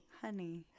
Honey